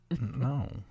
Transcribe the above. No